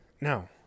No